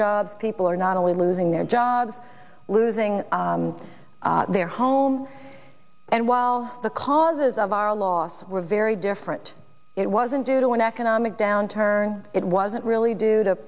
jobs people are not only losing their jobs losing their homes and while the causes of our losses were very different it wasn't due to an economic downturn it wasn't really due to